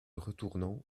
retournant